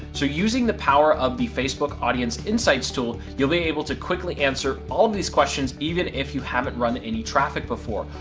so using the power of the facebook audience insights tool, you'll be able to quickly answer all of these questions, even if you haven't run any traffic before.